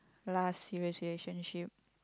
last serious relationship